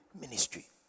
ministry